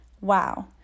Wow